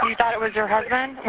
thought it was your husband?